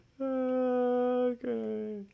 Okay